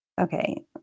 okay